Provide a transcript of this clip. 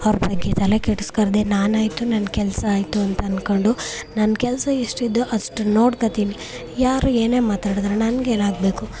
ಅವ್ರ ಬಗ್ಗೆ ತಲೆ ಕೆಡ್ಸ್ಕೊಳ್ದೆ ನಾನಾಯಿತು ನನ್ನ ಕೆಲಸ ಆಯಿತು ಅಂತ ಅಂದುಕೊಂಡು ನನ್ನ ಕೆಲಸ ಎಷ್ಟಿದೆಯೋ ಅಷ್ಟು ನೋಡ್ಕೊತೀನಿ ಯಾರು ಏನೇ ಮಾತಾಡಿದರೂ ನನಗೇನಾಗ್ಬೇಕು